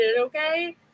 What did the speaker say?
okay